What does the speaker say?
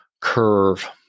curve